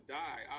die